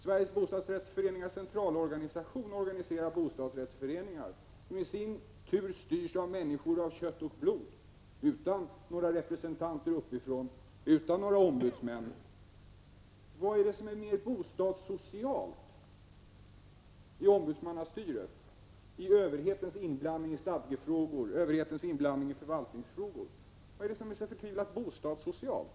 Sveriges bostadsrättsföreningars centralorganisation organiserar bostadsrättsföreningar, som i sin tur styrs av människor av kött och blod — utan några representanter på högre nivå, utan några ombudsmän. Vad är det som är mer bostadssocialt i ombudsmannastyret, i överhetens inblandning i stadgeoch förvaltningsfrågor? Vad är det som är så förtvivlat bostadssocialt?